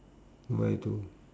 where to